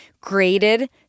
graded